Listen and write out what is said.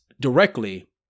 directly